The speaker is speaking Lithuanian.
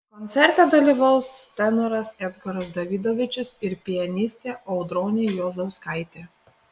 koncerte dalyvaus tenoras edgaras davidovičius ir pianistė audronė juozauskaitė